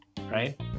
right